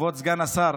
כבוד סגן השר,